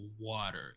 water